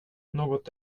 något